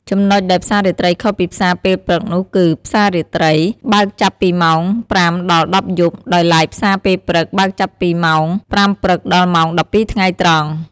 ចំណុចដែលផ្សារាត្រីខុសពីផ្សារពេលព្រឹកនោះគឺ ផ្សារាត្រីបើកចាប់ពីម៉ោង ៥ដល់១០យប់ ដោយឡែកផ្សារពេលព្រឹកបើកចាប់ពីម៉ោង ៥ព្រឹកដល់ម៉ោង១២ថ្ងៃត្រង់។